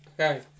Okay